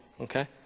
okay